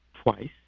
twice